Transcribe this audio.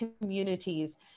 communities